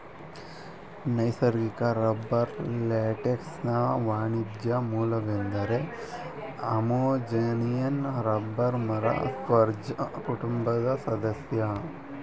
ನೈಸರ್ಗಿಕ ರಬ್ಬರ್ ಲ್ಯಾಟೆಕ್ಸ್ನ ವಾಣಿಜ್ಯ ಮೂಲವೆಂದರೆ ಅಮೆಜೋನಿಯನ್ ರಬ್ಬರ್ ಮರ ಸ್ಪರ್ಜ್ ಕುಟುಂಬದ ಸದಸ್ಯ